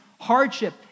hardship